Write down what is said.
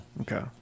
Okay